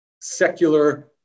secular